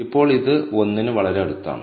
ഇപ്പോൾ ഇത് 1 ന് വളരെ അടുത്താണ്